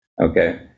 okay